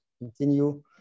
continue